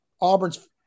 Auburn's